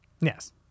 Yes